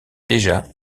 déjà